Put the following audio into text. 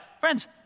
Friends